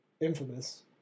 Infamous